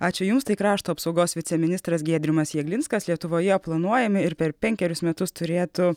ačiū jums tai krašto apsaugos viceministras giedrimas jeglinskas lietuvoje planuojami ir per penkerius metus turėtų